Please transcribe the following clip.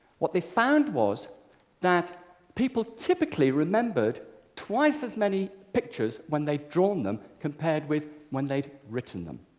what they found was that people typically remembered twice as many pictures when they'd drawn them compared with when they'd written them.